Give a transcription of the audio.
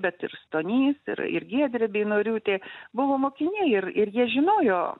bet ir stonys ir ir giedrė beinoriūtė buvo mokiniai ir ir jie žinojo